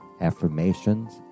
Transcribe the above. affirmations